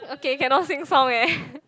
okay cannot sing song eh